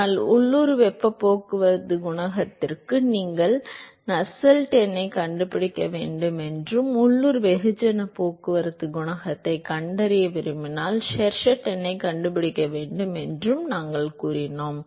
ஆனால் உள்ளூர் வெப்பப் போக்குவரத்து குணகத்திற்கு நீங்கள் நஸ்செல்ட் எண்ணைக் கண்டுபிடிக்க வேண்டும் என்றும் உள்ளூர் வெகுஜனப் போக்குவரத்துக் குணகத்தைக் கண்டறிய விரும்பினால் ஷெர்வுட் எண்ணைக் கண்டுபிடிக்க வேண்டும் என்றும் நாங்கள் கூறினோம்